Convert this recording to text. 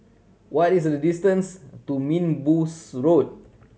what is the distance to Minbus Road